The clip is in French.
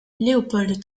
leopold